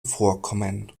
vorkommen